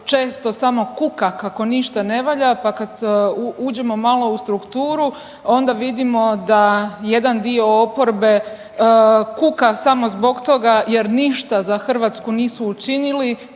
često samo kuka kako ništa ne valja, pa kad uđemo malo u strukturu onda vidimo da jedan dio oporbe kuka samo zbog toga jer ništa za Hrvatsku nisu učinili